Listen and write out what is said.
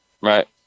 Right